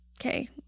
okay